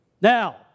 Now